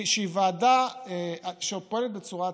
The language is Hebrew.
שהיא ועדה שפועלת בצורה עצמאית,